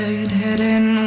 Hidden